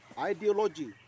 ideology